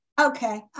Okay